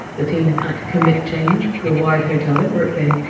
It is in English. the team at commit change, the wythe hotel in brooklyn,